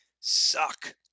suck